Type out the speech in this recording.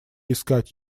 искать